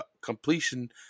Completion